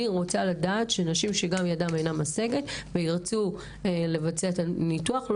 אני רוצה לדעת שגם נשים שידם אינה משגת וירצו לבצע את הניתוח הזה,